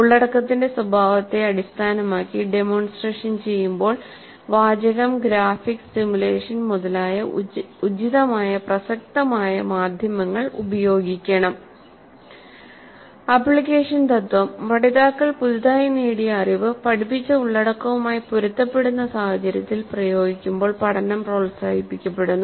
ഉള്ളടക്കത്തിന്റെ സ്വഭാവത്തെ അടിസ്ഥാനമാക്കി ഡെമോൺസ്ട്രേഷൻ ചെയ്യുമ്പോൾ വാചകം ഗ്രാഫിക്സ് സിമുലേഷൻ മുതലായ ഉചിതമായ പ്രസക്തമായ മാധ്യമങ്ങൾ ഉപയോഗിക്കണം ആപ്ലിക്കേഷൻ തത്വം പഠിതാക്കൾ പുതുതായി നേടിയ അറിവ് പഠിപ്പിച്ച ഉള്ളടക്കവുമായി പൊരുത്തപ്പെടുന്ന സഹചര്യത്തിൽ പ്രയോഗിക്കുമ്പോൾ പഠനം പ്രോത്സാഹിപ്പിക്കപ്പെടുന്നു